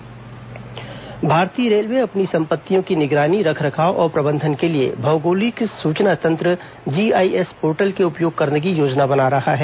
railway GIS portal भारतीय railway अपनी संपत्तियों की निगरानी रखरखाव और प्रबंधन के लिए भौगौलिक सूचना तंत्र जी आईएस पोर्टल के उपयोग करने की योजना बना रहा है